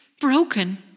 Broken